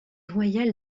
royale